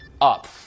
up